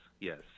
yes